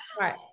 Right